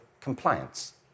compliance